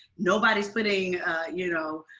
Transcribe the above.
nobody's putting you know